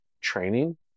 training